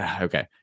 okay